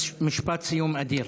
משפט סיום אדיר.